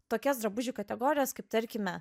tokias drabužių kategorijas kaip tarkime